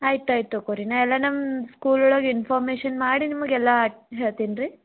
ಆಯ್ತು ಆಯ್ತು ತಗೋರಿ ನಾ ಎಲ್ಲ ನಮ್ಮ ಸ್ಕೂಲ್ ಒಳಗೆ ಇನ್ಫಾಮೇಷನ್ ಮಾಡಿ ನಿಮಗೆಲ್ಲಾ ಹೇಳ್ತೀನಿ ರೀ